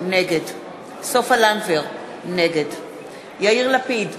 נגד סופה לנדבר, נגד יאיר לפיד,